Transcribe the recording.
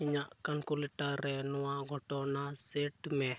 ᱤᱧᱟᱹᱜ ᱠᱟᱝᱠᱩ ᱞᱮᱴᱟᱨ ᱨᱮ ᱱᱚᱣᱟ ᱜᱷᱚᱴᱚᱱᱟ ᱥᱮᱴ ᱢᱮ